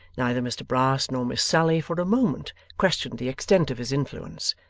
neither mr brass nor miss sally for a moment questioned the extent of his influence,